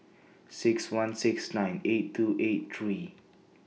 six one six nine eight two eight three